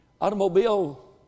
automobile